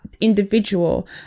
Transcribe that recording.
individual